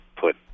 put